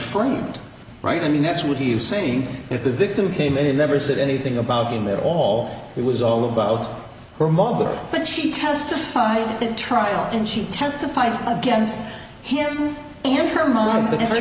and right i mean that's what he is saying if the victim came in and never said anything about him at all it was all about her mother but she testified at trial and she testified against him and her mother on the